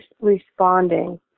responding